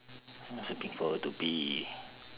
I was looking forward to be